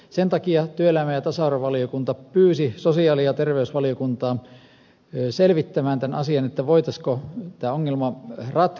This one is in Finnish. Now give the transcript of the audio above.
sen takia työelämä ja tasa arvovaliokunta pyysi sosiaali ja terveysvaliokuntaa selvittämään tämän asian voitaisiinko tämä ongelma ratkoa